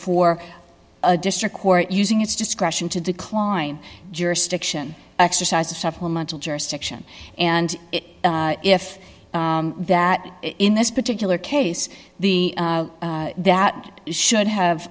for a district court using its discretion to decline jurisdiction exercise of supplemental jurisdiction and if that in this particular case the that should have